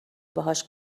باهاش